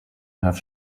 have